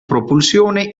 propulsione